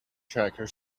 tracker